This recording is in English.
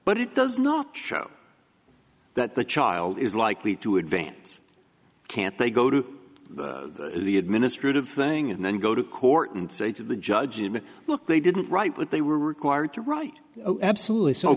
but it does not show that the child is likely to advance can't they go to the administrative thing and then go to court and say to the judge and look they didn't write what they were required to write absolutely so